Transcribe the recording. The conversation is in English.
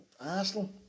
Arsenal